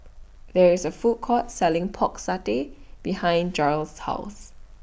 There IS A Food Court Selling Pork Satay behind Jair's House